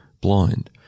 blind